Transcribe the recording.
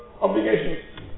obligations